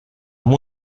amb